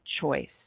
choice